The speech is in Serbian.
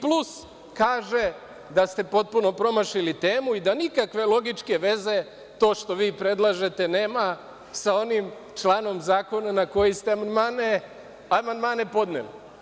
Plus kaže da ste potpuno promašili temu i da nikakve logičke veze to što vi predlažete nema sa onim članom zakona na koji ste amandmane podneli.